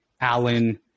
Allen